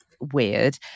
weird